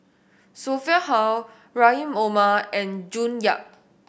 Sophia Hull Rahim Omar and June Yap